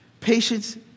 Patience